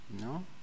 No